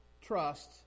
trust